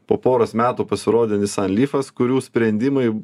po poros metų pasirodė nissan lifas kurių sprendimai